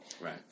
Right